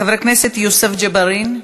חבר הכנסת יוסף ג'בארין.